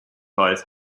life